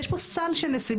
יש פה סל של נסיבות.